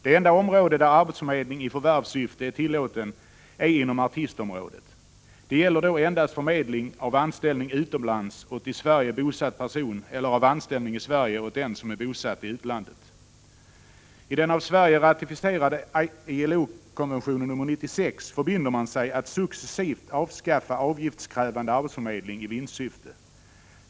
Det enda område inom vilket arbetsförmedling i förvärvssyfte är tillåten är artistområdet. Det gäller då endast förmedling av anställning utomlands åt i Sverige bosatt person eller förmedling av anställning i Sverige åt den som är bosatt i utlandet. I den av Sverige ratificerade ILO-konventionen nr 96 förbinder man sig att successivt avskaffa avgiftskrävande arbetsförmedling i vinstsyfte.